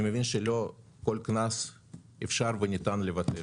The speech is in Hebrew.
אני מבין שלא כל קנס אפשר וניתן לבטל,